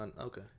okay